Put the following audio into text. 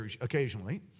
Occasionally